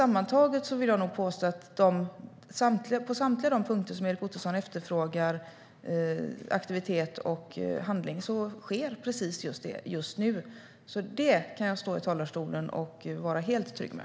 Sammantaget vill jag nog påstå att på samtliga de punkter där Erik Ottoson efterfrågar aktivitet och handling sker precis just det just nu. Det kan jag stå i talarstolen och vara helt trygg med.